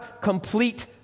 complete